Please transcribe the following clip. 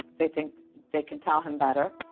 they think they can tell him better.